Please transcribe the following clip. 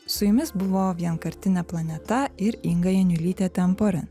su jumis buvo vienkartinė planeta ir inga janiulytė temporin